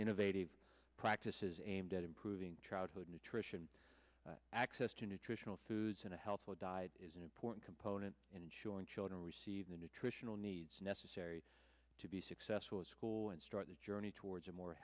innovative practices aimed at improving childhood nutrition access to nutritional foods and a healthful diet is an important component in ensuring children receive the nutritional needs necessary to be successful at school and start the journey towards a more